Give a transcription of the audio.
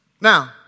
Now